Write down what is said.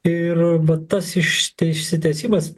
ir vat tas išsi išsitęsimas